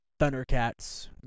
Thundercats